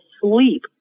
sleep